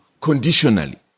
conditionally